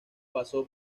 pasó